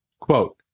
quote